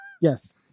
Yes